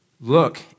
look